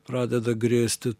pradeda grėsti